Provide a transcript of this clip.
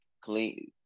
Clean